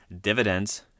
dividends